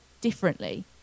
differently